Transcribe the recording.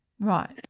Right